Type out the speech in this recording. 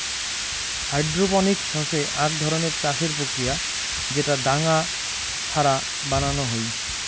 hydroponics হসে আক ধরণের চাষের প্রক্রিয়া যেটা দাঙ্গা ছাড়া বানানো হই